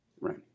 Right